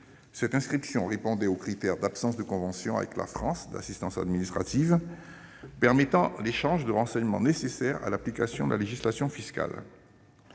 Cette inscription répondait au critère d'absence de convention d'assistance administrative avec la France permettant l'échange de renseignements nécessaires à l'application de la législation fiscale.